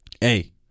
Hey